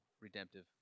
redemptive